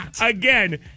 Again